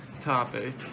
topic